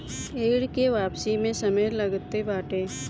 ऋण के वापसी में समय लगते बाटे